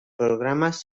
programas